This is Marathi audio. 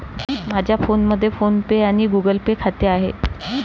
माझ्या फोनमध्ये फोन पे आणि गुगल पे खाते आहे